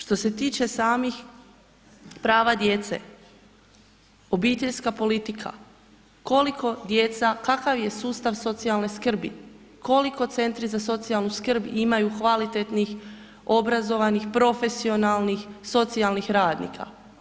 Što se tiče samih prava djece, obiteljska politika, koliko djeca, kakav je sustav socijalne skrbi, koliko centri za socijalnu skrb imaju kvalitetnih, obrazovanih, profesionalnih socijalnih radnika?